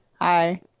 Hi